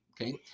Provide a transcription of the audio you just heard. Okay